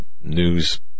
news